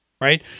right